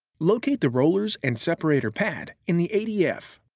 locate the rollers and separator pad in the adf.